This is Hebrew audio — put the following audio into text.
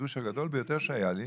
החידוש הגדול ביותר שהיה לי,